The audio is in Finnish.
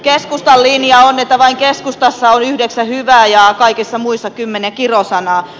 keskustan linja on että vain keskustassa on yhdeksän hyvää ja kaikissa muissa kymmenen kirosanaa